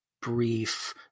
brief